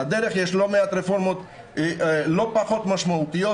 על הדרך יש לא מעט רפורמות לא פחות משמעותיות,